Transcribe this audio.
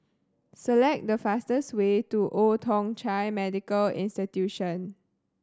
select the fastest way to Old Thong Chai Medical Institution